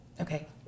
Okay